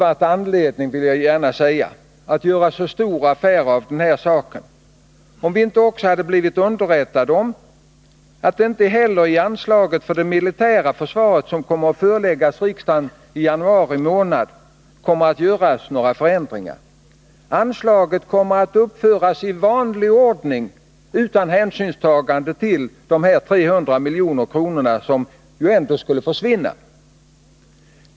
Jag vill gärna säga att det inte hade funnits någon anledning att göra så stor affär av detta om vi inte också blivit underrättade om att det inte heller i det förslag till anslag för det militära försvaret som kommer att föreläggas riksdagen i januari månad kommer att göras några förändringar. Anslaget kommer att uppföras i vanlig ordning, utan hänsynstagande till de 300 milj.kr. som skall försvinna.